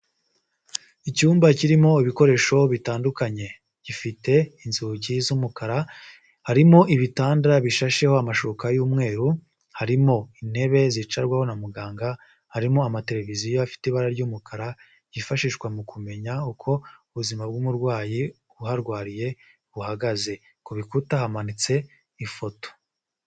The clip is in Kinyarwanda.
Icyumba kirimo ibikoresho bitandukanye, gifite inzugi z'umukara, harimo ibitanda bishasheho amashuka y'umweru, harimo intebe zicarwaho na muganga, harimo amateleviziyo afite ibara ry'umukara, byifashishwa mu kumenya uko ubuzima bw'umurwayi uharwariye buhagaze, ku bikuta hamanitse ifoto.